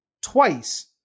twice